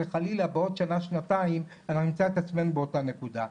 וחלילה בעוד שנתיים אנחנו נמצא את עצמנו באותה הנקודה.